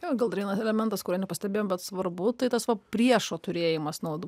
o gal dar vienas elementas kurio nepastebėjom bet svarbu tai tas va priešo turėjimas nuodų